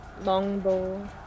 longbow